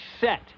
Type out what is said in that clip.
set